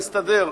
נסתדר.